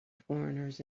foreigners